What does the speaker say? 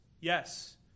yes